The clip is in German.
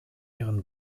ihren